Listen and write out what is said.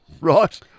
Right